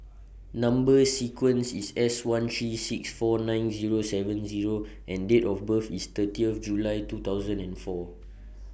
Number sequence IS S one three six four nine Zero seven Zero and Date of birth IS thirtieth July two thousand and four